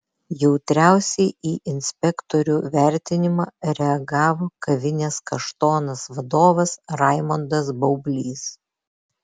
jautriausiai į inspektorių vertinimą reagavo kavinės kaštonas vadovas raimondas baublys